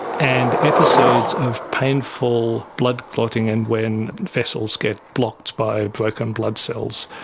and episodes of painful blood clotting and when vessels get blocked by broken blood cells.